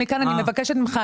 מכאן אני מבקשת ממך,